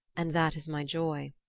and that is my joy.